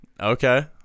Okay